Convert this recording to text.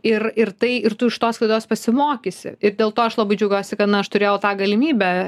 ir ir tai ir tu iš tos klaidos pasimokysi ir dėl to aš labai džiaugiuosi kad na aš turėjau tą galimybę